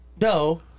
No